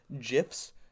gifs